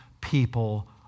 people